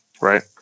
right